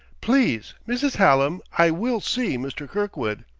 please, mrs. hallam, i will see mr. kirkwood.